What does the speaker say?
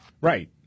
Right